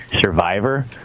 survivor